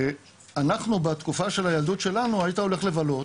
אנחנו בתקופה של הילדות שלנו היית הולך לבלות,